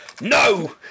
No